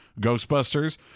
Ghostbusters